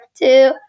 two